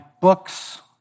books